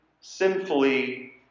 sinfully